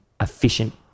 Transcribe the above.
efficient